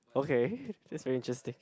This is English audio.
okay this is very interesting